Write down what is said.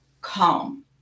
calm